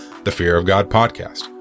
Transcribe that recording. thefearofgodpodcast